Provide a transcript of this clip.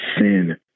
Sin